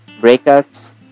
breakups